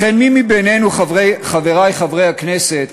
לכן, מי מבינינו, חברי חברי הכנסת,